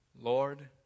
Lord